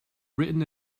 written